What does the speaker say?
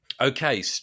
Okay